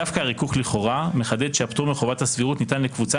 דווקא הריכוך לכאורה מחדד שהפטור מחובת הסבירות ניתן לקבוצה